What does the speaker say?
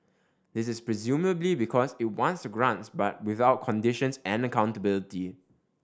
this is presumably because it wants the grants but without conditions and accountability